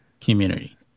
community